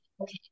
Okay